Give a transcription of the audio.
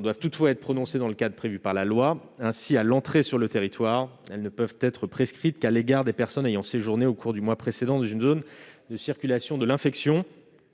doivent toutefois être prononcées dans le cadre prévu par la loi. Ainsi, à l'entrée sur le territoire, elles ne peuvent être prescrites qu'à l'égard des personnes ayant séjourné au cours du mois précédent dans une zone de circulation de l'infection.